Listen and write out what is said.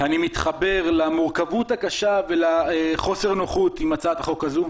אני מתחבר למורכבות הקשה ולחוסר נוחות עם הצעת החוק הזו.